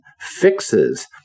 fixes